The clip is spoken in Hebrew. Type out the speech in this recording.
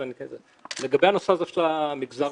נאלצתי --- אבל זה לא רק מיקרוגל.